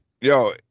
yo